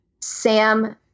Sam